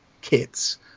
kits